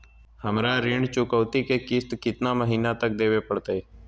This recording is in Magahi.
हमरा ऋण चुकौती के किस्त कितना महीना तक देवे पड़तई?